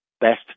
best